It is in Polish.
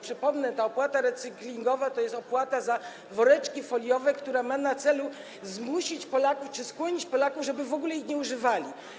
Przypomnę, że ta opłata recyklingowa to jest opłata za woreczki foliowe, która ma na celu zmusić czy skłonić Polaków do tego, żeby w ogóle ich nie używali.